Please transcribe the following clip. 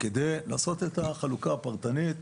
כדי לעשות את החלוקה הפרטנית,